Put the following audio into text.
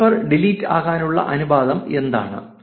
Whisper delete ആകാനുള്ള അനുപാതം എന്താണ്